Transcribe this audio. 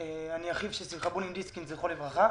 אני אחיו של שמחה בונים דיסקינד זכרו לברכה,